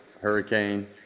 Hurricane